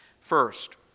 First